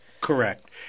Correct